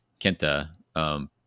Kenta